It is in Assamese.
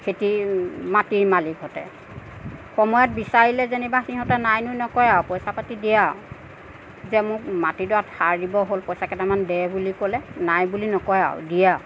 খেতিৰ মাটিৰ মালিকহঁতে সময়ত বিচাৰিলে যেনিবা সিহঁতে নাই নুই নকয় আৰু পইচা পাতি দিয়ে আৰু এতিয়া মোক মাটিডৰা সাৰ দিবলৈ হ'ল পইচা কেইটামান দে বুলি ক'লে নাই বুলি নকয় আৰু দিয়ে আৰু